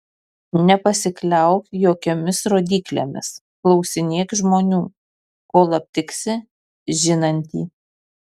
nepasikliauk jokiomis rodyklėmis klausinėk žmonių kol aptiksi žinantį